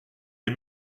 les